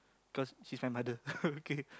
cause she's my mother okay